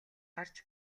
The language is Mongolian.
харж